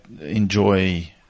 enjoy